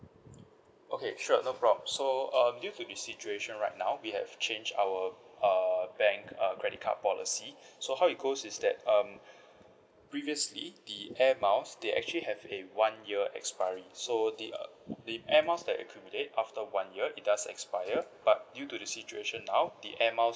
okay sure no problem so um due to the situation right now we have changed our uh bank uh credit card policy so how it goes is that um previously the airmiles they actually have a one year expiry so the uh the airmiles that accumulate after one year it does expire but due to the situation now the airmiles